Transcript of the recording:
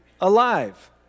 alive